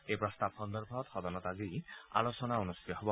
এই প্ৰস্তাৱ সন্দৰ্ভত সদনত আজি আলোচনা অনুষ্ঠিত হ'ব